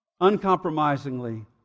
uncompromisingly